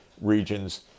regions